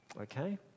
Okay